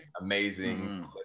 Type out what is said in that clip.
Amazing